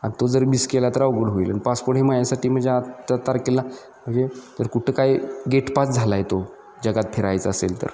आणि तो जर मिस केला तर अवघड होईल आणि पासपोर्ट हे माझ्यासाठी म्हणजे आत्ता तारखेला म्हणजे जर कुठं काय गेटपास झाला आहे तो जगात फिरायचा असेल तर